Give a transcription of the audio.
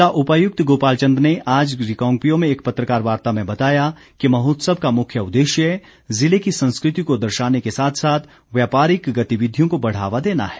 जिला उपायुक्त गोपाल चंद ने आज रिकांगपिओ में एक पत्रकार वार्ता में बताया कि महोत्सव का मुख्य उद्देश्य जिले की संस्कृति को दर्शाने के साथ साथ व्यापारिक गतिविधियों को बढ़ावा देना है